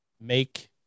make